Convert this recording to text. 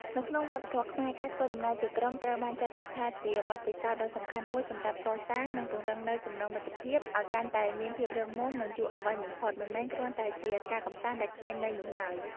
នៅក្នុងវប្បធម៌ខ្មែរ ការធ្វើដំណើរជាក្រុមត្រូវបានចាត់ទុកថាជាបទពិសោធន៍ដ៏សំខាន់មួយសម្រាប់កសាង និងពង្រឹងនូវចំណងមិត្តភាពឲ្យកាន់តែមានភាពរឹងមាំនិងយូរអង្វែងបំផុត មិនមែនគ្រាន់តែជាការកម្សាន្តដែលគ្មានន័យនោះឡើយ។